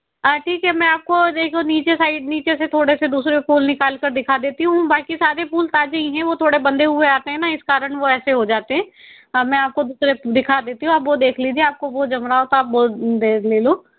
हाँ ठीक है मैं आपको बिल्कुल नीचे साइड नीचे से थोड़े से दूसरे फूल निकाल कर दिखा देती हूँ बाकी सारे फूल ताजे ही हैं तो वो थोड़े बंधे हुए आते हैं ना इस कारण वो ऐसे हो जाते हैं मैं आपको दूसरे दिखा देती हूँ आप वो देख लीजिए आपको वो जम रहा हो तो आप वो ले लो